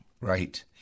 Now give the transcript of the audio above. Right